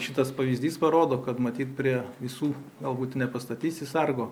šitas pavyzdys parodo kad matyt prie visų galbūt nepastatysi sargo